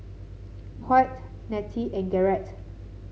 Hoyt Netta and Garret